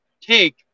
take